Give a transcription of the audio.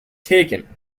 taken